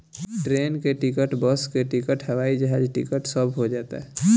train के ticket, bus के ticket, हवाई जहाज टिकट सब हो जाता